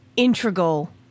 integral